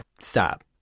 stop